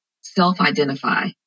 self-identify